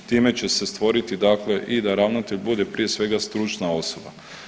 Time će se stvoriti, dakle i da ravnatelj bude prije svega stručna osoba.